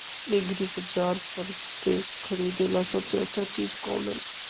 एग्रिबाजार पर से खरीदे ला सबसे अच्छा चीज कोन हई?